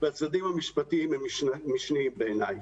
והצדדים המשפטיים הם משניים בעיניי.